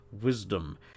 wisdom